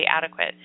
adequate